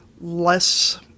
less